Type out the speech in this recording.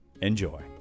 Enjoy